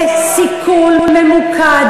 זה סיכול ממוקד.